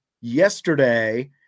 yesterday